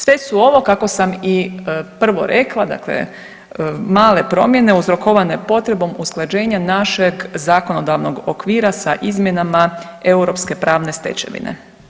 Sve su ovo kako sam i prvo rekla dakle male promjene uzrokovane potrebom usklađenja našeg zakonodavnog okvira sa izmjenama europske pravne stečevine.